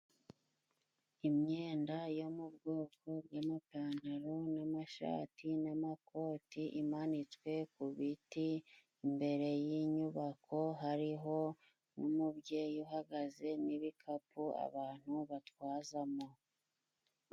Imyenda yo mu bwoko bw'amapantaro n'amashati n'amakoti imanitswe ku biti. Imbere y'inyubako hariho n'umubyeyi uhagaze n'ibikapu abantu batwazamo.